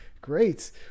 great